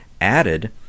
added